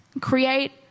create